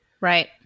Right